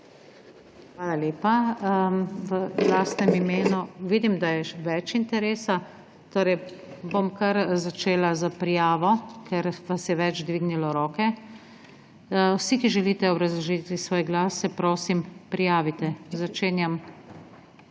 Hvala lepa. Vidim, da je še več interesa, torej bom kar začela s prijavo, ker vas je več dvignilo roke. Vsi, ki želite obrazložiti svoj glas, se prosim prijavite. Začenjam